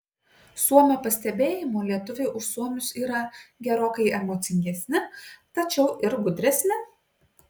suomio pastebėjimu lietuviai už suomius yra gerokai emocingesni tačiau ir gudresni